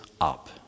up